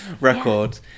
record